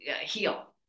heal